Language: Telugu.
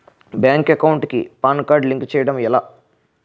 బ్యాంక్ అకౌంట్ కి పాన్ కార్డ్ లింక్ చేయడం ఎలా?